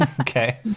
okay